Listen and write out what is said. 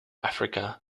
africa